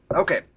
Okay